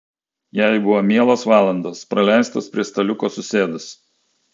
jai buvo mielos valandos praleistos prie staliuko susėdus